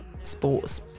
sports